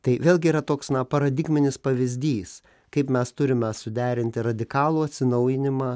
tai vėlgi yra toks na paradigminis pavyzdys kaip mes turime suderinti radikalų atsinaujinimą